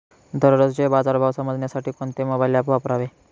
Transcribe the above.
दररोजचे बाजार भाव समजण्यासाठी कोणते मोबाईल ॲप वापरावे?